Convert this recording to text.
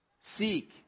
seek